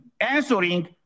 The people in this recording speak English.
answering